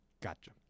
Gotcha